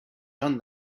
done